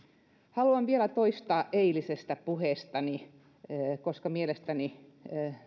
haluan vielä toistaa eilisestä puheestani koska mielestäni